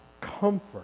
comfort